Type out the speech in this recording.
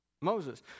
Moses